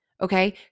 Okay